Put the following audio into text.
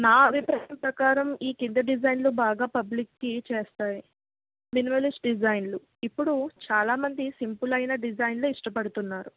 నా అభిప్రాయం ప్రకారం ఈ క్రింద డిజైన్లు బాగా పబ్లిసిటీ చేస్తాయ్ మిన్వలిస్ట్ డిజైన్లు ఇప్పుడు చాలా మంది సింపులైన డిజైన్లే ఇష్టపడుతున్నారు